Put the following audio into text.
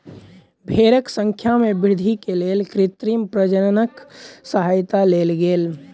भेड़क संख्या में वृद्धि के लेल कृत्रिम प्रजननक सहयता लेल गेल